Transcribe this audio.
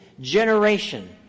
generation